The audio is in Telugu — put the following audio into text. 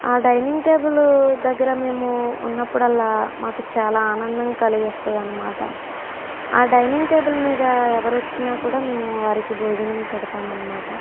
ఆ డైనింగ్ టేబుల్ దగ్గర మేము ఉన్నప్పుడల్లా మాకు చాలా ఆనందం కలిగిస్తుంది అనమాట ఆ డైనింగ్ టేబుల్ మీద ఎవరు వచ్చిన కూడా మేము వారికి భోజనం పెడుతాం అనమాట